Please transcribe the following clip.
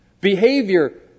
Behavior